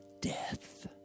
death